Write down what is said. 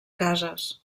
cases